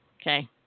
Okay